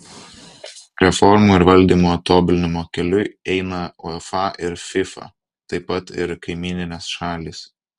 reformų ir valdymo tobulinimo keliu eina uefa ir fifa taip pat ir kaimyninės šalys